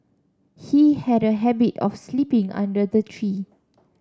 he had a habit of sleeping under the tree